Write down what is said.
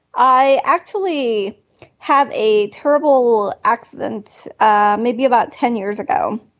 i actually have a terrible accident ah maybe about ten years ago